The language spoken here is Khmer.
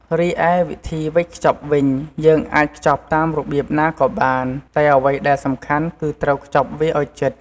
រីឯវិធីវេចខ្ចប់វិញ យើងអាចខ្ចប់តាមរបៀបណាក៏បាន តែអ្វីដែលសំខាន់គឺត្រូវខ្ចប់វាឲ្យជិត។